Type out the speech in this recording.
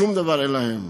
שום דבר אין להם: